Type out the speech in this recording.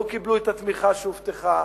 לא קיבלו את התמיכה שהובטחה,